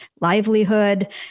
livelihood